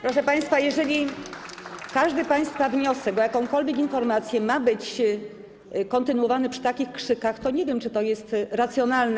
Proszę państwa, jeżeli każdy państwa wniosek o jakąkolwiek informację ma być kontynuowany przy takich krzykach, to nie wiem, czy to jest racjonalne.